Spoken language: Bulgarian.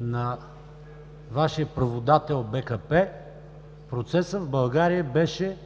на Вашия праводател БКП, процесът в България беше